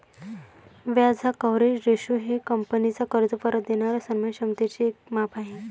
व्याज coverage ratio हे कंपनीचा कर्ज परत देणाऱ्या सन्मान क्षमतेचे एक माप आहे